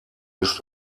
ist